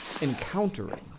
encountering